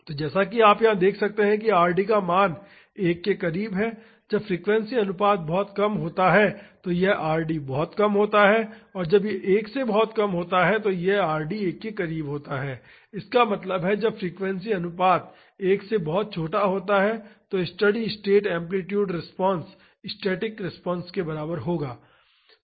तो जैसा कि आप यहां देख सकते हैं कि Rd का मान 1 के करीब है जब फ्रीक्वेंसी अनुपात बहुत कम होता है तो यह Rd बहुत कम होता है जब यह 1 से बहुत कम होता है तो Rd 1 के करीब होता है इसका मतलब है जब फ्रीक्वेंसी अनुपात 1 से बहुत छोटा होता है तो steady state amplitude response static response के बराबर होगी